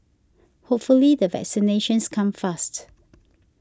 hopefully the vaccinations come fast